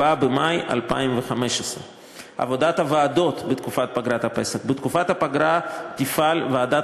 4 במאי 2015. עבודת הוועדות בתקופת פגרת הפסח: בתקופת הפגרה תפעל ועדת